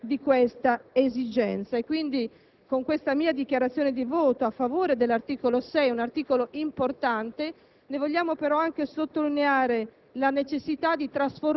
Naturalmente, conosco bene il carattere solo esortativo di un ordine del giorno, ma ricordo al Governo soprattutto, oltre che alla maggioranza e all'opposizione,